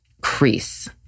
crease